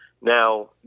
Now